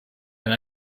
and